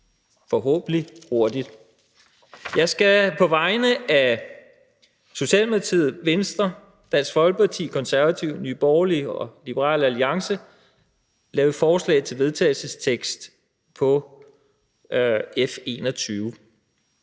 forhåbentlig hurtigt. Jeg skal på vegne af Socialdemokratiet, Venstre, Dansk Folkeparti, Konservative, Nye Borgerlige og Liberal Alliance fremsætte følgende: Forslag til vedtagelse